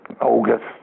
August